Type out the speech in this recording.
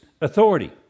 authority